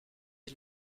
des